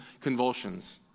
convulsions